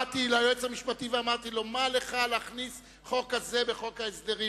באתי ליועץ המשפטי ואמרתי לו: מה לך להכניס חוק כזה בחוק ההסדרים?